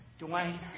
Dwayne